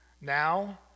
now